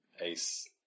Ace